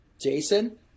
Jason